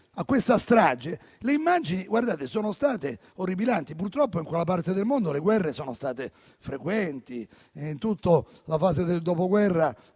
di questi giorni. Le immagini di questa strage sono state orripilanti. Purtroppo in quella parte del mondo le guerre sono state frequenti in tutta la fase del Dopoguerra